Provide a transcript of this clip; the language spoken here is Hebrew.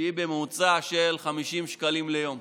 שהיא בממוצע 50 שקלים ליום.